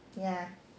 ya